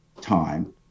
time